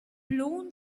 blown